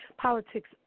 politics